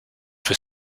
for